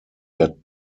der